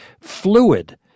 fluid